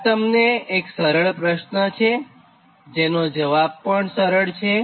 આ તમને એક સરળ પ્રશ્ન છે અને જવાબ પણ સરળ છે